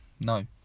no